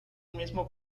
mismo